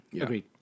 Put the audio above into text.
Agreed